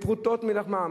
פרוטות מלחמם,